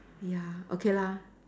ya okay lah